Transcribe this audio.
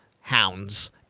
hounds